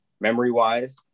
memory-wise